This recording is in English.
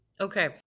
Okay